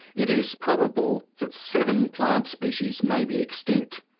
it is probable that seven plant species may be extinct.